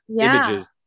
images